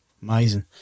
amazing